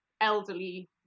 elderly